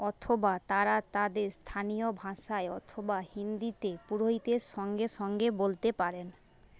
অথবা তারা তাদের স্থানীয় ভাষায় অথবা হিন্দিতে পুরোহিতের সঙ্গে সঙ্গে বলতে পারেন